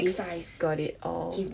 he's got it oh